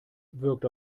wirkt